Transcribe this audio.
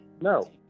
no